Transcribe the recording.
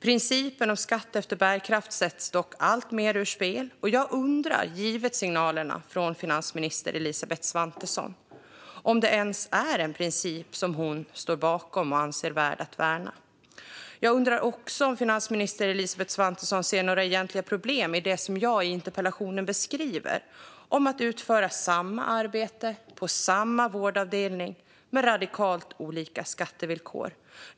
Principen om skatt efter bärkraft sätts dock alltmer ur spel. Jag undrar, givet signalerna från finansminister Elisabeth Svantesson, om det ens är en princip som hon står bakom och anser värd att värna. Jag undrar också om finansminister Elisabeth Svantesson ser några egentliga problem i det som jag beskriver i interpellationen. Det handlar om att utföra samma arbete, på samma vårdavdelning, med radikalt olika skattevillkor.